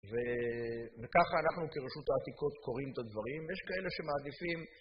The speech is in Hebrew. וככה אנחנו כרשות העתיקות קוראים את הדברים. יש כאלה שמעדיפים…